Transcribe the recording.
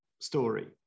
story